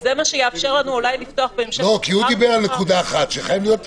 זה מה שיאפשר לנו- -- הוא דיבר על זה שחייב להיות הבדל.